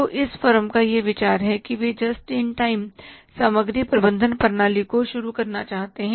तोइस firm का यह विचार है कि वे जस्ट इन टाइम सामग्री प्रबंधन प्रणाली को शुरू करना चाहते हैं